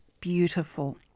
beautiful